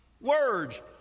words